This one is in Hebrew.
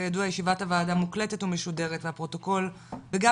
כידוע ישיבת הוועדה מוקלטת ומשודרת לפרוטוקול וגם